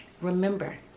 remember